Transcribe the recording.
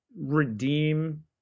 redeem